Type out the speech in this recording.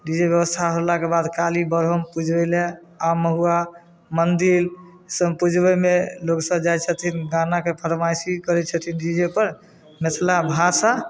DJ के व्यवस्था होला के बाद काली ब्रह्म पूजबै लए आम महुआ मंदिल सब पूजबै मे लोक सब जाइ छथिन गाना के फरमाइशी करै छथिन डीजे पर मिथला भाषा